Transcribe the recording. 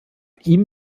ihm